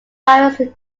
various